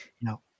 no